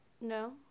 No